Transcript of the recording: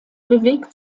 bewegt